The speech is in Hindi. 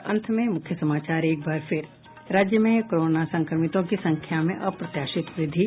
और अब अंत में मुख्य समाचार राज्य में कोरोना संक्रमितों की संख्या में अप्रत्याशित वृद्धि